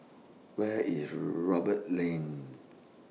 Where IS Roberts Lane